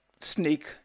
sneak